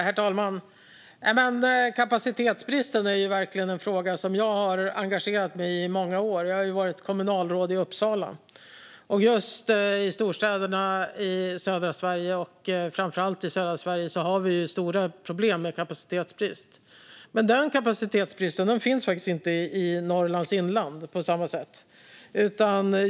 Herr talman! Kapacitetsbristen är en fråga som jag har engagerat mig i under många år. Jag har varit kommunalråd i Uppsala. Just i storstäderna i södra Sverige, och framför allt i södra Sverige, har vi stora problem med kapacitetsbrist. Men den kapacitetsbristen finns inte på samma sätt i Norrlands inland.